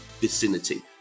vicinity